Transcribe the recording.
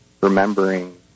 remembering